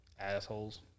assholes